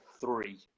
three